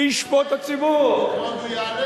וישפוט הציבור.